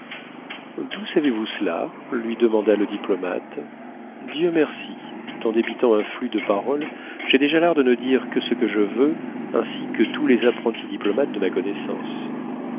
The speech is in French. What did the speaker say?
d'où savez-vous cela lui demanda le diplomate dieu merci tout en débitant un flux de paroles j'ai déjà l'art de ne dire que ce que je veux ainsi que tous les apprentis diplomates de ma connaissance